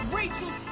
Rachel